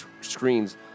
screens